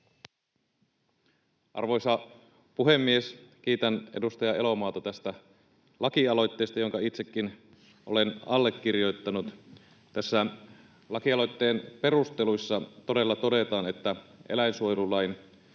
Arvoisa puhemies! Kiitän edustaja Elomaata tästä laki-aloitteesta, jonka itsekin olen allekirjoittanut. Lakialoitteen perusteluissa todella todetaan, että eläinsuojelulain